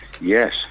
Yes